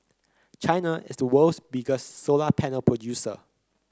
China is the world's biggest solar panel producer